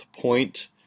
point